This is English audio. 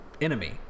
enemy